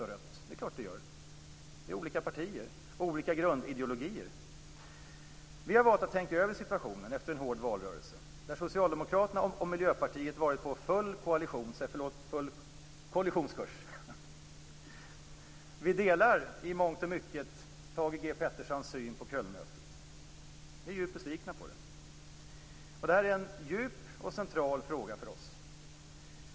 Det är ju olika partier och olika grundideologier. Vi har valt att tänka över situationen efter en hård valrörelse, där Socialdemokraterna och Miljöpartiet varit på full kollisionskurs. Vi delar i mångt och mycket Thage G. Petersons syn på Kölnmötet. Vi är djupt besvikna på det. Det här är en djup och central fråga för oss.